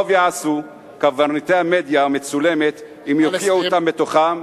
טוב יעשו קברניטי המדיה המצולמת אם יוציאו אותו מתוכם.